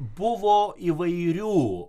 buvo įvairių